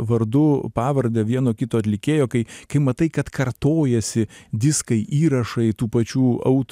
vardu pavarde vieno kito atlikėjo kai kai matai kad kartojasi diskai įrašai tų pačių aut